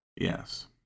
Yes